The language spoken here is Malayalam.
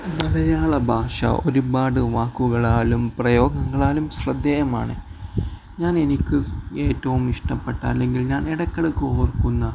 മലയാളഭാഷ ഒരുപാട് വാക്കുകളാലും പ്രയോഗങ്ങളാലും ശ്രദ്ധേയമാണ് ഞാൻ എനിക്കേറ്റവും ഇഷ്ടപ്പെട്ട അല്ലെങ്കിൽ ഞാൻ ഇടയ്ക്കിടയ്ക്ക് ഓർക്കുന്ന